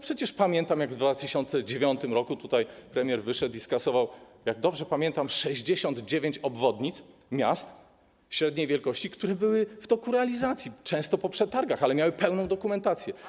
Przecież pamiętam, jak w 2009 r. premier wyszedł tutaj i skasował, jak dobrze pamiętam, 69 obwodnic miast średniej wielkości, które były w toku realizacji, często po przetargach i miały pełną dokumentację.